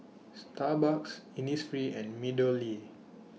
Starbucks Innisfree and Meadowlea